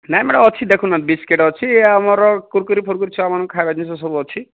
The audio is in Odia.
ନାଇଁ ମ୍ୟାଡ଼ାମ୍ ଅଛି ଦେଖୁ ନାହାଁନ୍ତି ବିସ୍କୁଟ୍ ଅଛି ଏଇ ଆମର କୁର୍କୁରି ଫୁର୍କିରି ଛୁଆ ମାନଙ୍କ ଖାଇବା ଜିନିଷ ସବୁ ଅଛି